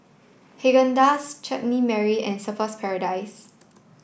Haagen Dazs Chutney Mary and Surfer's Paradise